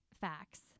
facts